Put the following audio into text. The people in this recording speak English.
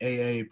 AA